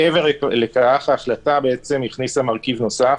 מעבר לכך, ההחלטה הכניסה מרכיב נוסף.